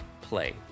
play